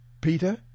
Peter